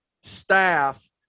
staff